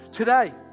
Today